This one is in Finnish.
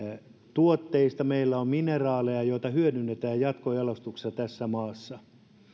tuotteita meillä on mineraaleja joita hyödynnetään jatkojalostuksessa tässä maassa